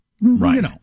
Right